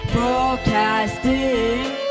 Broadcasting